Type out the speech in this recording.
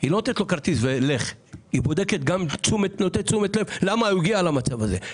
לא נותנים לה כרטיס ולכי אלא נותנים גם תשומת לב למה הם הגיעו למצב הזה.